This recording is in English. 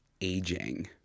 aging